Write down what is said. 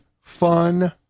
fun